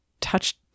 touched